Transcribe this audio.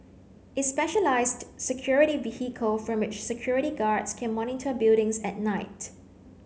a specialised security vehicle from which security guards can monitor buildings at night